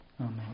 Amen